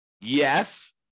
Yes